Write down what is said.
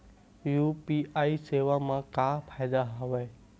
UPI सेवा मा का फ़ायदा हवे?